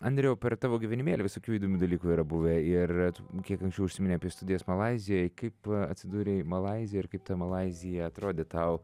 andriau per tavo gyvenimėlį visokių įdomių dalykų yra buvę ir kiek anksčiau užsiminei apie studijas malaizijoj kaip atsidūrei malaizijoj ir kaip ta malaizija atrodė tau